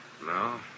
No